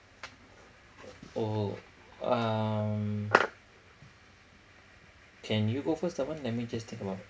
oh um can you go first that one let me just take a while